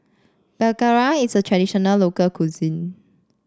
belacan is a traditional local cuisine